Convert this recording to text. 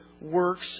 works